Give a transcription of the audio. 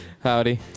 Howdy